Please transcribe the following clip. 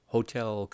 Hotel